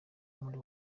muri